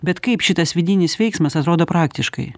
bet kaip šitas vidinis veiksmas atrodo praktiškai